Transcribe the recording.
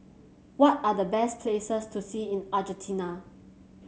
what are the best places to see in Argentina